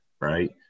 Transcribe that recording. right